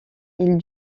ils